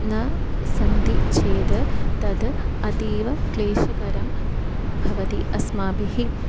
न सन्ति चेद् तद् अतीव क्लेशकरं भवति अस्माभिः